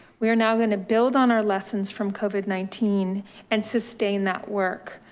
we are now gonna build on our lessons from covid nineteen and sustain that work.